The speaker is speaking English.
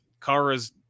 Kara's